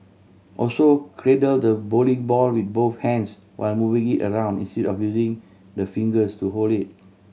also cradle the bowling ball with both hands while moving it around instead of using the fingers to hold it